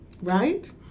right